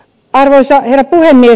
arvoisa herra puhemies